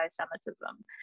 Anti-Semitism